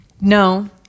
No